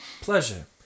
Pleasure